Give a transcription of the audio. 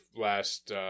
last